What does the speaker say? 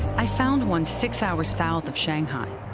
i found one six hours south of shanghai,